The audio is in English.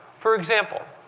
for example,